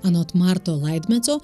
anot marto laidmetso